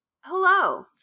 hello